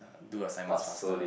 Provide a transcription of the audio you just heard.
do assignment faster